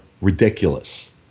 ridiculous